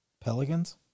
Pelicans